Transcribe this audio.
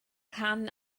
rhan